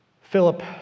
Philip